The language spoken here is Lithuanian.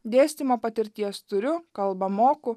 dėstymo patirties turiu kalbą moku